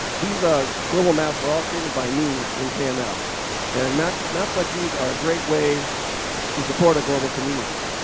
these ah global maps are all created by me in kml. and maps that's like these are a great way to support a global community.